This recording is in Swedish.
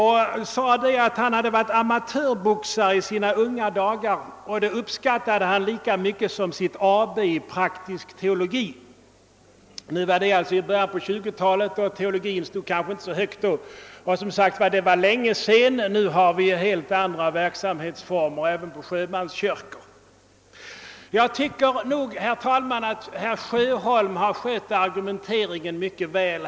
Han hade varit amatörboxare i sina unga dagar, och han sade att det uppskattade han lika mycket som sitt AB i praktisk teologi. Detta var alltså i början av 1920-talet, och teologin stod kanske inte så högt då. Nu har vi ju helt andra verksamhetsformer även vid sjömanskyrkor. Boxning har kommit ur bruk. Jag tycker att herr Sjöholm skött argumenteringen mycket väl.